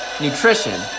nutrition